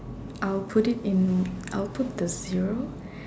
I'll put it in I'll put the zero